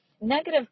Negative